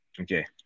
okay